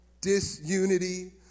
disunity